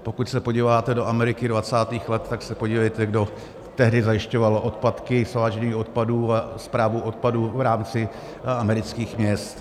Pokud se podíváte do Ameriky 20. let, tak se podívejte, kdo tehdy zajišťoval odpadky, svážení odpadů a správu odpadů v rámci amerických měst.